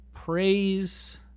Praise